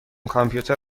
کامپیوتر